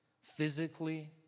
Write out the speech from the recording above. physically